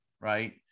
right